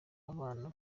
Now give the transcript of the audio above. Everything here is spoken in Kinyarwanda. umwana